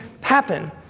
happen